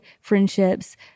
friendships